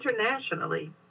internationally